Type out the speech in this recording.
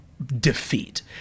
Defeat